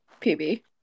pb